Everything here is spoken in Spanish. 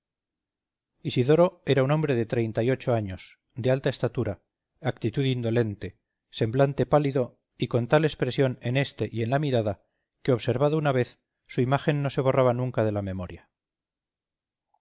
sala isidoro era un hombre de treinta y ocho años de alta estatura actitud indolente semblante pálido y con tal expresión en éste y en la mirada que observado una vez su imagen no se borraba nunca de la memoria